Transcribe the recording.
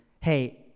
hey